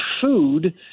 food